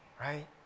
right